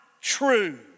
true